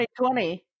2020